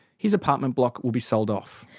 his apartment block will be sold off.